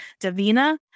Davina